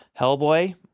Hellboy